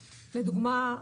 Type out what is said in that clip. לדוגמה,